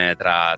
tra